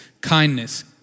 kindness